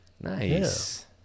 Nice